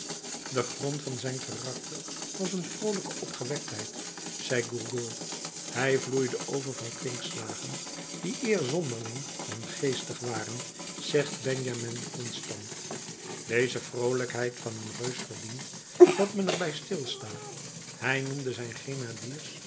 de grond van zijn karakter was een vroolijke opgewektheid zegt gourgaud hij vloeide over van kwinkslagen die eer zonderling dan geestig waren zegt benjamin constant deze vroolijkheid van een reus verdient dat men er bij stilsta hij noemde zijn